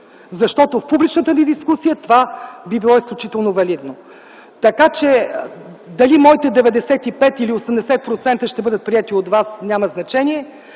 Защото в публичната ни дискусия това би било изключително валидно. Дали моите 85 или 90% ще бъдат приети от вас, няма значение.